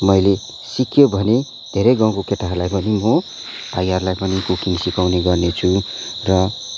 मैले सिक्यो भने धेरै गाउँलको केटाहरूलाई पनि म भाइहरूलाई पनि कुकिङ सिकाउने गर्नेछु र